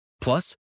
Plus